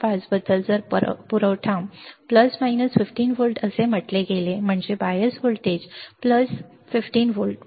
5 बद्दल जर पुरवठा प्लस उणे 15 व्होल्ट असे म्हटले गेले म्हणजेच बायस प्लस वजा 15 व्होल्ट आहे